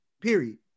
period